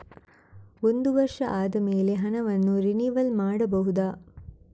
ಒಂದು ವರ್ಷ ಆದಮೇಲೆ ಹಣವನ್ನು ರಿನಿವಲ್ ಮಾಡಬಹುದ?